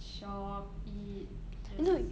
shop eat just